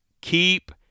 keep